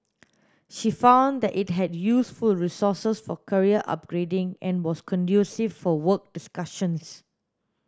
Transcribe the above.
she found that it had useful resources for career upgrading and was conducive for work discussions